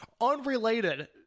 unrelated